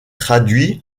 traduit